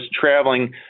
traveling